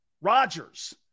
Rodgers